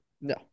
No